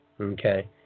Okay